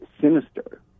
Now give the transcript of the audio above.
sinister